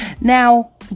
Now